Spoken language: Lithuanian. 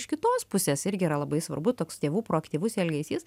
iš kitos pusės irgi yra labai svarbu toks tėvų proaktyvus elgesys